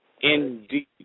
Indeed